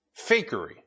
Fakery